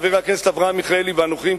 חבר הכנסת אברהם מיכאלי ואנוכי עם